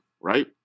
right